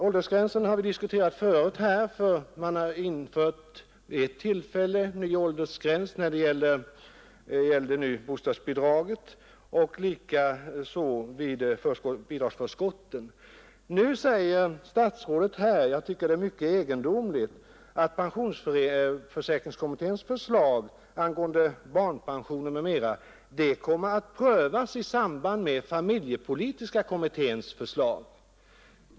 Vi har tidigare här diskuterat åldersgränsen, eftersom vi vid ett tillfälle införde ny åldersgräns för erhållande av bostadsbidrag och likaså för erhållande av bidragsförskott. Nu säger statsrådet, vilket jag tycker är mycket egendomligt, att pensionsförsäkringskommitténs förslag angående barnpensioner m.m. kommer att prövas i samband med familjepolitiska kommitténs förslag.